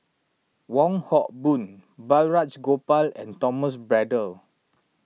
Wong Hock Boon Balraj Gopal and Thomas Braddell